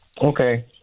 Okay